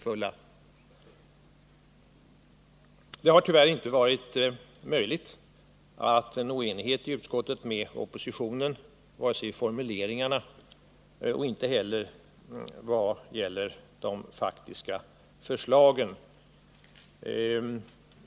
Det har tyvärr inte varit möjligt att i utskottet nå enighet med oppositionen, vare sig i formuleringarna eller vad gäller de faktiska förslagen.